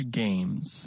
games